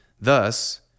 Thus